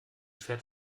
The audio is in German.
fährt